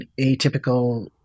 atypical